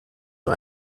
für